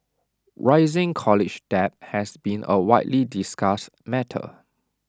rising college debt has been A widely discussed matter